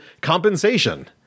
compensation